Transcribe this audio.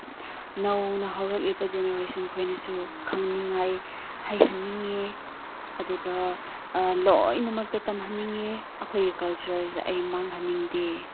ꯅꯧꯅ ꯍꯧꯔꯛꯂꯤꯕ ꯖꯦꯅꯦꯔꯦꯁꯟ ꯈꯣꯏꯅꯁꯨ ꯈꯪꯅꯤꯡꯉꯥꯏ ꯍꯩꯍꯟꯅꯤꯡꯉꯦ ꯑꯗꯨꯒ ꯂꯣꯏꯅꯃꯛꯇ ꯇꯝꯍꯟꯅꯤꯡꯉꯦ ꯑꯩꯈꯣꯏꯒꯤ ꯀꯜꯆꯔꯁꯦ ꯑꯩ ꯃꯥꯡꯍꯟꯅꯤꯡꯗꯦ